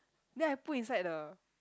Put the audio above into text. then I put inside the